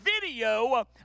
video